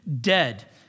dead